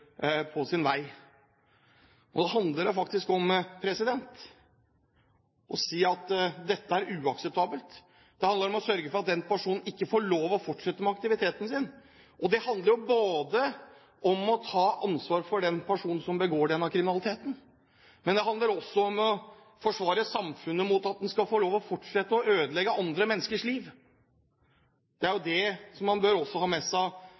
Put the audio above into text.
på sin vei. Det handler faktisk om å si at dette er uakseptabelt. Det handler om å sørge for at den personen ikke får lov til å fortsette med aktiviteten sin. Det handler om å ta ansvar for den personen som begår denne kriminaliteten, men det handler også om å forsvare samfunnet mot at han skal få lov til å fortsette å ødelegge andre menneskers liv. Det bør man også ha med seg